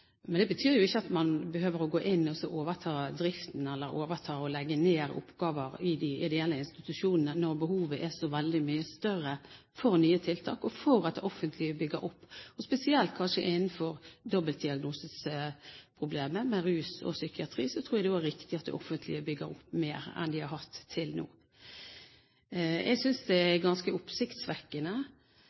men det betyr jo ikke at man behøver å gå inn og overta driften, eller overta og legge ned oppgaver i de ideelle institusjonene, når behovet er så veldig mye større for nye tiltak og for at det offentlige bygger opp. Spesielt kanskje innenfor dobbeltdiagnoseproblemet med rus og psykiatri tror jeg det er riktig at det offentlige bygger opp mer enn de har gjort til nå. Jeg synes det er ganske oppsiktsvekkende